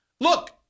Look